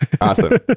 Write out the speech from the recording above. Awesome